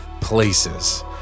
places